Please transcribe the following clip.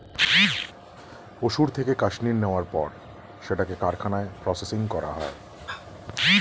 পশুর থেকে কাশ্মীর নেয়ার পর সেটাকে কারখানায় প্রসেসিং করা হয়